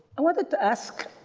i wanted to ask,